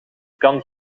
kan